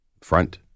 Front